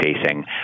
facing